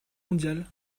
mondiale